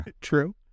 True